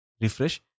refresh